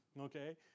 okay